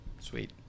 Sweet